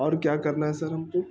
اور کیا کرنا ہے سر ہم کو